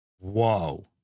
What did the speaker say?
Whoa